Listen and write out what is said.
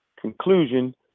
Conclusion